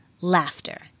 Laughter